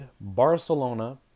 Barcelona